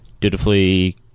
dutifully